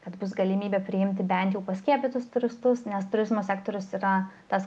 kad bus galimybė priimti bent jau paskiepytus turistus nes turizmo sektorius yra tas